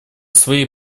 своей